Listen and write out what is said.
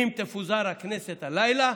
אם תפוזר הכנסת הלילה,